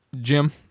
jim